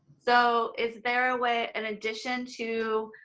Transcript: so is there a way in addition to,